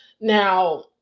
Now